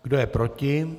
Kdo je proti?